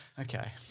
Okay